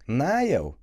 na jau